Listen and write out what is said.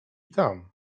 tam